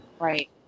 Right